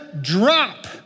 drop